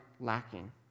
lacking